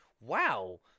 wow